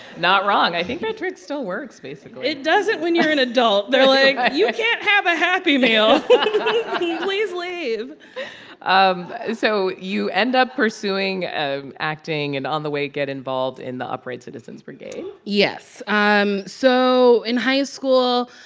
not wrong. i think that trick still works basically it doesn't when you're an adult. they're like, you can't have a happy meal please leave um so you end up pursuing ah acting and, on the way, get involved in the upright citizens brigade yes. um so in high school,